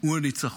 הוא הניצחון.